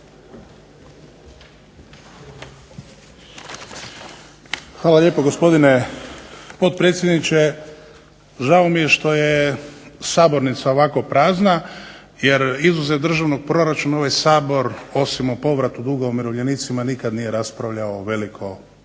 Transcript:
Hvala lijepo gospodine potpredsjedniče. Žao mi je što je sabornica ovako prazna jer izuzev Državnog proračuna ovaj Sabor, osim o povratu duga umirovljenicima, nikad nije raspravljao o velikoj